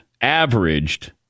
averaged